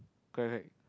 correct